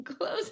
close